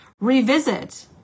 revisit